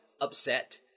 upset